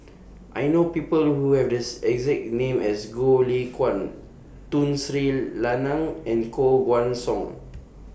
I know People Who Have This exact name as Goh Lay Kuan Tun Sri Lanang and Koh Guan Song